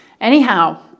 Anyhow